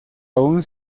aún